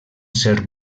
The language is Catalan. ser